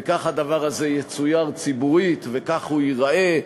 וכך הדבר הזה יצויר ציבורית וכך הוא ייראה,